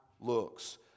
looks